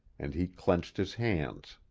and he clenched his hands.